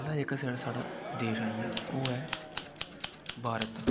पैह्ला जेह्का साढ़ा देश आइया ओह् ऐ भारत